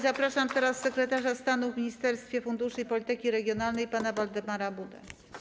Zapraszam teraz sekretarza stanu w Ministerstwie Funduszy i Polityki Regionalnej pana Waldemara Budę.